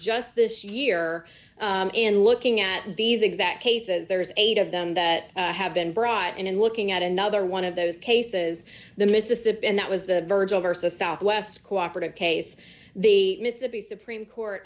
just this year and looking at these exact cases there's eight of them that have been brought in and looking at another one of those cases the mississippi and that was the birds over so southwest cooperative case the mississippi supreme court